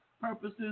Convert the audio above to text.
purposes